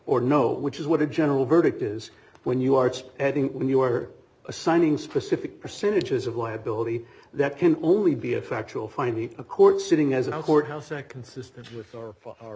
or no which is what a general verdict is when you are spreading it when you are assigning specific percentages of liability that can only be a factual finding a court sitting as a courthouse a consistent with or